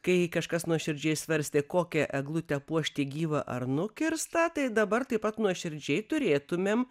kai kažkas nuoširdžiai svarstė kokią eglutę puošti gyvą ar nukirstą tai dabar taip pat nuoširdžiai turėtumėm